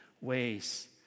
ways